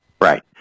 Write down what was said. Right